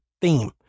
theme